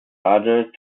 other